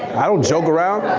i don't joke around.